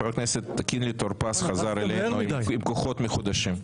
חבר הכנסת קינלי טור פז חזר אלינו עם כוחות מחודשים.